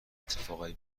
اتفاقای